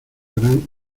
gran